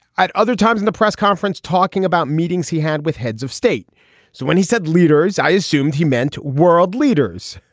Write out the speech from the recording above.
other times in the press conference talking about meetings he had with heads of state. so when he said leaders i assumed he meant world leaders.